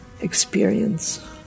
experience